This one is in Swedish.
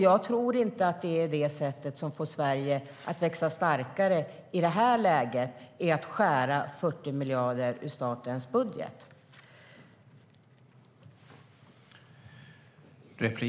Jag tror inte att man får Sverige att växa sig starkare genom att i detta läge skära ned statens budget med 40 miljarder.